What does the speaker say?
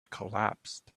collapsed